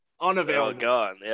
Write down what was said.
unavailable